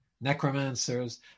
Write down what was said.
necromancers